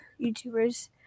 YouTubers